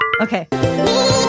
okay